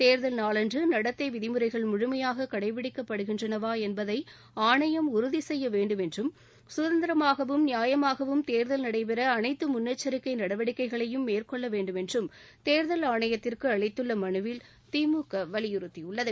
தேர்தல் நாளன்று நடத்தை விதிமுறைகள் முழுமையாக கடைபிடிக்கப்படுகின்றனவா என்பதை ஆணையம் உறுதி சுப்ய வேண்டும் என்றும் சுதந்திரமாகவும் நியாயமாகவும் தேர்தல் நடைபெற அனைத்து முன்னெச்சரிக்கை நடவடிக்கைகளையும் மேற்கொள்ள வேண்டும் என்றும் தேர்தல் ஆணையத்திற்கு அளித்துள்ள மனுவில் திமுக வலியுறுத்தியுள்ளது